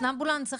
אופנמבולנס?